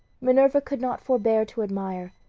minerva could not forbear to admire,